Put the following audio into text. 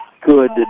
Good